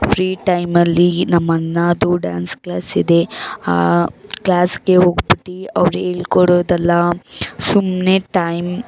free ಟೈಮಲ್ಲಿ ನಮ್ಮಣ್ಣಂದು dance ಕ್ಲಾಸಿದೆ ಆ ಕ್ಲಾಸ್ಗೆ ಹೋಗ್ಬಿಟ್ಟು ಅವ್ರು ಹೇಳ್ಕೊಡೋದೆಲ್ಲ ಸುಮ್ನೆ ಟೈಮ್